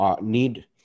need